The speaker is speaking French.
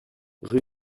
rue